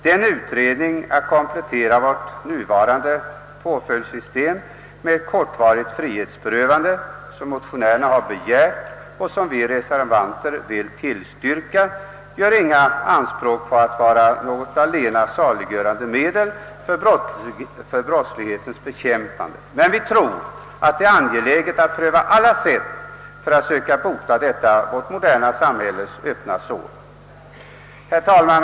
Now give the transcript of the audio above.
Den utredning i syfte att undersöka möjligheten att komplettera nuvarande på följdssystem med ett kortvarigt frihetsberövande, som motionärerna har begärt och som vi reservanter vill tillstyrka, siktar inte till att åstadkomma något allena saliggörande medel för brottslighetens bekämpande, men vi tror det är angeläget att pröva alla sätt för att söka läka detta vårt moderna samhälles öppna sår. Herr talman!